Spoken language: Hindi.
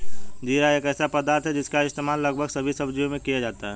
जीरा एक ऐसा पदार्थ है जिसका इस्तेमाल लगभग सभी सब्जियों में किया जाता है